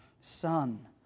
son